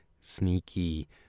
sneaky